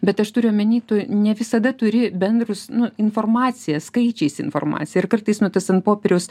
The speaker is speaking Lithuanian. bet aš turiu omeny tu ne visada turi bendrus nu informaciją skaičiais informaciją ir kartais nu tas ant popieriaus